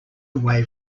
away